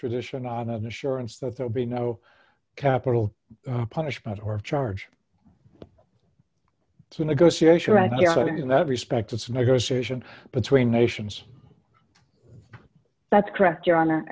radition on an assurance that there be no capital punishment or charge to negotiation right here in that respect it's negotiation between nations that's correct your honor